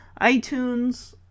iTunes